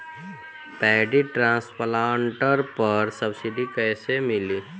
Paddy transplanter पर subsidy कैसे मिली?